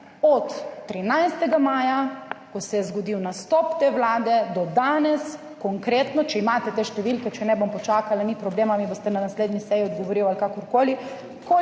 od 13. maja, ko se je zgodil nastop te Vlade, do danes konkretno, če imate te številke, če ne, bom počakala, ni problema, mi boste na naslednji seji odgovoril ali kakorkoli,